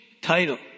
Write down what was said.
title